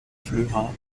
flöha